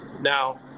now